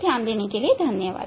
ध्यान देने के लिए धन्यवाद